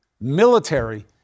Military